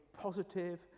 positive